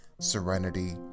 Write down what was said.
serenity